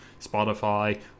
Spotify